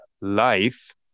life